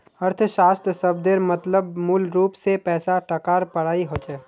अर्थशाश्त्र शब्देर मतलब मूलरूप से पैसा टकार पढ़ाई होचे